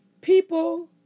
people